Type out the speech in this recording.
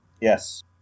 Yes